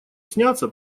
снятся